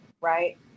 right